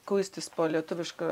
kuistis po lietuviškų